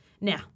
Now